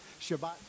Shabbat